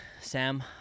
Sam